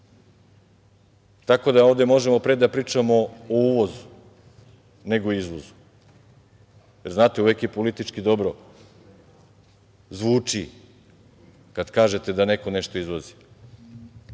tako da ovde možemo pre da pričamo o uvozu, nego izvozu. Znate, uvek politički dobro zvuči kada kažete da neko nešto izvozi. Kada